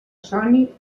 soni